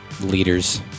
leaders